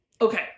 okay